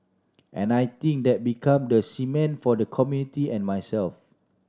and I think that become the cement for the community and myself